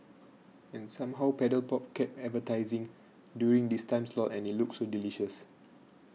and somehow Paddle Pop kept advertising during this time slot and it looked so delicious